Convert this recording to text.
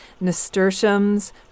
nasturtiums